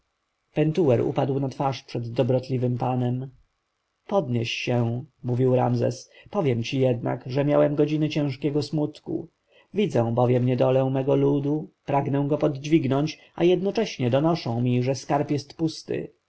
pentuer upadł na twarz przed dobrotliwym panem podnieś się mówił ramzes powiem ci jednak że miałem godziny ciężkiego smutku widzę bowiem niedolę mego ludu pragnę go podźwignąć a jednocześnie donoszą mi że skarb jest pusty